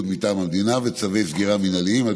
מטעם המדינה וצווי סגירה מינהליים) (הוראת שעה),